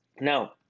Now